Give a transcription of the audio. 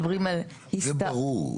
זה ברור.